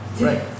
Right